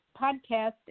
podcast